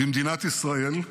במדינת ישראל,